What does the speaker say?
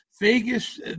Vegas